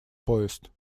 поезд